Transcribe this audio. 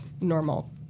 normal